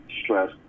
stress